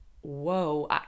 whoa